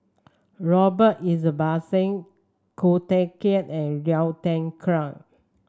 Robert Ibbetson Ko Teck Kin and Liu Thai Ker